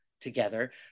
together